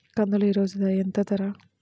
కందులు ఈరోజు ఎంత ధర?